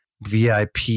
VIP